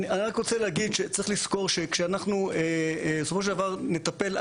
אני רק רוצה להגיד שצריך לזכור שכשאנחנו בסופו של דבר נטפל.